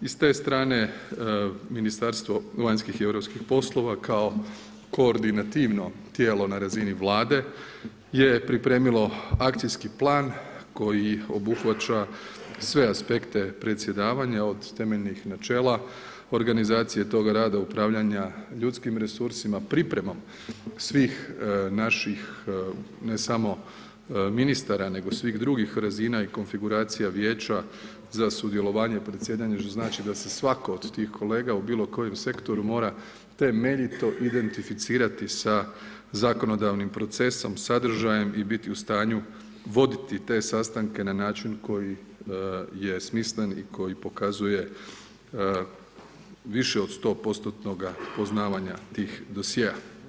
I s te strane Ministarstvo vanjskih i europskih poslova kao koordinativno tijelo na razini Vlade je pripremilo Akcijski plan koji obuhvaća sve aspekte predsjedavanja od temeljnih načela organizacije toga rada, upravljanja ljudskim resursima, pripremom svih naših ne samo ministara nego svih drugih razina i konfiguracija Vijeća za sudjelovanje predsjedanjem, što znači da se svatko od tih kolega u bilo kojem sektoru mora temeljito identificirati sa zakonodavnim procesom, sadržajem i biti u stanju voditi te sastanke na način koji je smislen i koji pokazuje više od 100%-tnoga poznavanja tih dosjea.